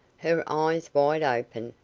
her eyes wide open,